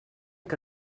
que